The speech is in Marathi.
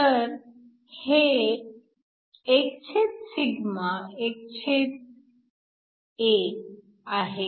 तर हे lσ lA आहे